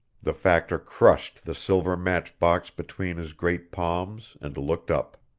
the factor crushed the silver match-box between his great palms and looked up.